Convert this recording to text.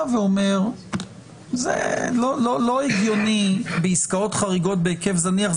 ואומר זה לא הגיוני בעסקאות חריגות בהיקף זניח.